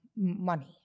money